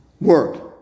work